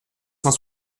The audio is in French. cent